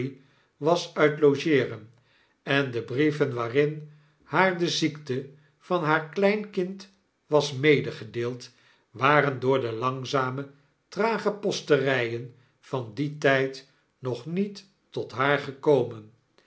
was uit logeeren en de brieven waarin haar de ziekte van haar kieinkind was medegedeeld waren door de langzame trage posteryen van dien t jd nog niet tot haar gekomen